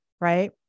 right